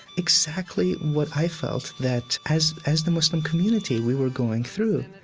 exactly what i felt that, as as the muslim community, we were going through.